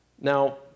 Now